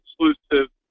exclusive